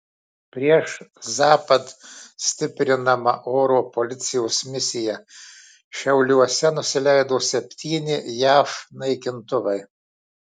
prieš zapad stiprinama oro policijos misija šiauliuose nusileido septyni jav naikintuvai